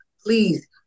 Please